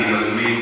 אני מזמין